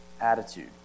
attitude